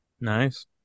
nice